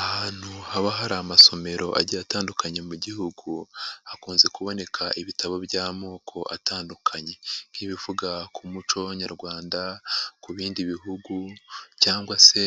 Ahantu haba hari amasomero agiye atandukanye mu gihugu, hakunze kuboneka ibitabo by'amoko atandukanye nk'ibivuga ku muco nyarwanda ku bindi bihugu cyangwa se